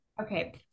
Okay